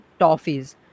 toffees